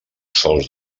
sols